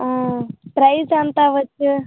ఆ ప్రైజ్ ఎంత అవ్వచ్చు